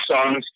songs